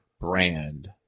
brand